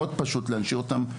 מאוד פשוט להנשיר אותם,